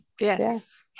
Yes